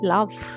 Love